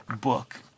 book